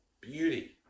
beauty